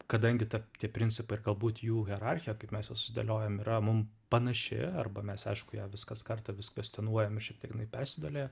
kadangi ta tie principai ir galbūt jų hierarchija kaip mes juos sudėliojom yra mum panaši arba mes aišku ją vis kas kartą vis kvestionuojam ir šiek tiek jinai persidėlioja